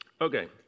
Okay